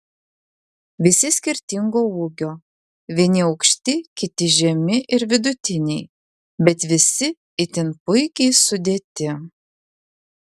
visi skirtingo ūgio vieni aukšti kiti žemi ir vidutiniai bet visi itin puikiai sudėti